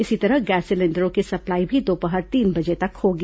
इसी तरह गैस सिलेंडरों की सप्लाई भी दोपहर तीन बजे तक होगी